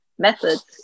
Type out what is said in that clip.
Methods